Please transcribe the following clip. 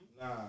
Nah